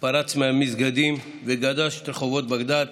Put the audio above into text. פרץ מהמסגדים וגדש את רחובות בגדאד